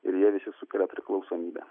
ir jie visi sukelia priklausomybę